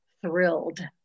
thrilled